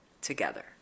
together